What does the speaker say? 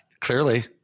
Clearly